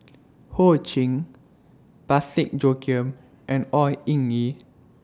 Ho Ching Parsick Joaquim and Au Hing Yee